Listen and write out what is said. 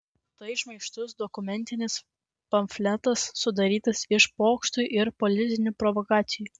tai šmaikštus dokumentinis pamfletas sudarytas iš pokštų ir politinių provokacijų